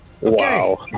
Wow